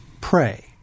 pray